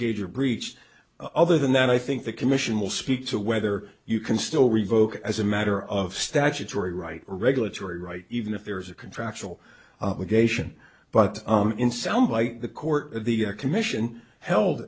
gauger breached other than that i think the commission will speak to whether you can still revoke it as a matter of statutory right or regulatory right even if there is a contractual obligation but in sound like the court the commission held